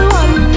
one